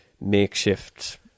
makeshift